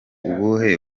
ubuhe